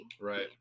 Right